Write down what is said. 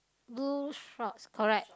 blue shorts correct